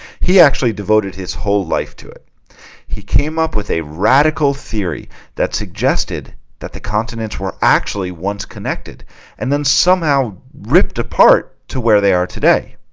he actually devoted his whole life to it he came up with a radical theory that suggested that the continents were actually once connected and then somehow ripped apart to where they are today